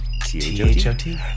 T-H-O-T